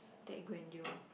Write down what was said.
that grandeur